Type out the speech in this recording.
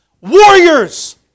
Warriors